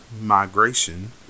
migration